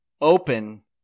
open